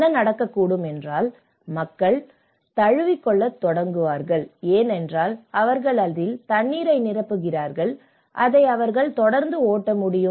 என்ன நடக்கக்கூடும் என்றால் மக்கள் தழுவிக்கொள்ளத் தொடங்குவார்கள் ஏனென்றால் அவர்கள் அதில் தண்ணீரை நிரப்புகிறார்கள் அதை அவர்கள் தொடர்ந்து ஓட்ட முடியும்